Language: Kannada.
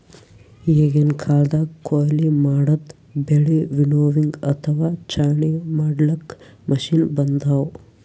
ಈಗಿನ್ ಕಾಲ್ದಗ್ ಕೊಯ್ಲಿ ಮಾಡಿದ್ದ್ ಬೆಳಿ ವಿನ್ನೋವಿಂಗ್ ಅಥವಾ ಛಾಣಿ ಮಾಡ್ಲಾಕ್ಕ್ ಮಷಿನ್ ಬಂದವ್